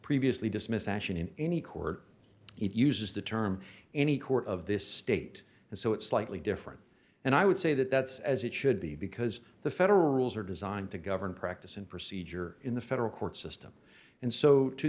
previously dismissed action in any court it uses the term any court of this state and so it's slightly different and i would say that that's as it should be because the federal rules are designed to govern practice and procedure in the federal court system and so to